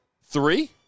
Three